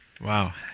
Wow